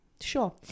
Sure